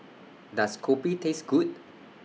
Does Kopi Taste Good